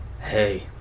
Hey